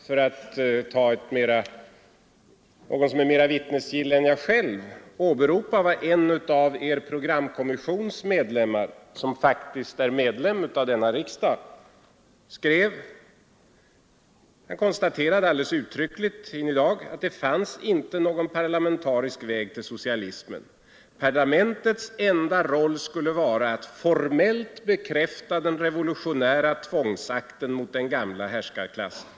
För att ta någon som är mera vittnesgill än jag själv kan jag då åberopa vad en av er programkommissions medlemmar, som faktiskt är medlem av denna riksdag, skrev. Han konstaterade uttryckligen i Ny Dag att det inte fanns någon parlamentarisk väg till socialismen. Parlamentets enda roll skulle vara att formellt bekräfta den revolutionära tvångsakten mot den gamla härskarklassen.